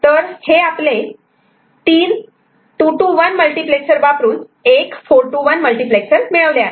तर हे आपले 3 2 to 1 मल्टिप्लेक्सर वापरून एक 4 to 1 मल्टिप्लेक्सर मिळवले आहे